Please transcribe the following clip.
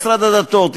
משרד הדתות,